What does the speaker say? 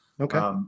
Okay